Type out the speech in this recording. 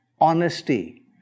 Honesty